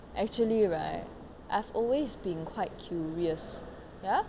actually right I've always been quite curious ya